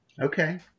Okay